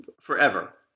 forever